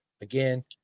Again